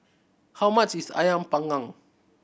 how much is Ayam Panggang